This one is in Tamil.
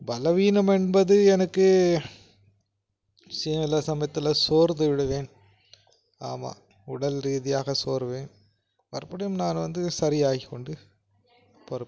பலவீனம் என்பது எனக்கு சில சமயத்தில் சோர்ந்து விடுவேன் ஆமாம் உடல் ரீதியாக சோர்வேன் மறுபடியும் நான் வந்து சரி ஆகி கொண்டு புறப்படுவேன்